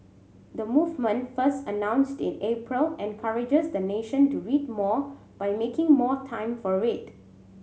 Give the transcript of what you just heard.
the movement first announced in April encourages the nation to read more by making more time for it